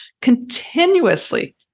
continuously